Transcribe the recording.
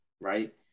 right